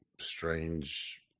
strange